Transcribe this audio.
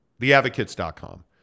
Theadvocates.com